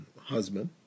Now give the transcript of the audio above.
Husband